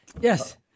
Yes